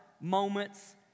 moments